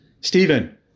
Stephen